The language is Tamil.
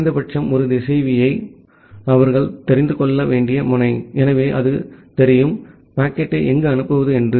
குறைந்த பட்சம் 1 திசைவியை அவர்கள் தெரிந்து கொள்ள வேண்டிய முனை எனவே அது தெரியும் பாக்கெட்டை எங்கு அனுப்புவது என்று